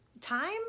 Time